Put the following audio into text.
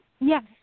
Yes